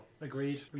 Agreed